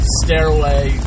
stairway